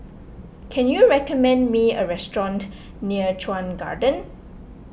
can you recommend me a restaurant near Chuan Garden